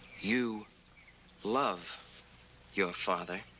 you love your father.